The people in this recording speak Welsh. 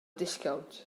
disgownt